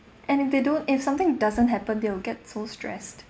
and if they don't if something doesn't happen they will get so stressed